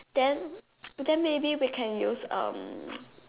then but then maybe we can use um